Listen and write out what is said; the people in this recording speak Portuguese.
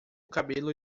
cabelo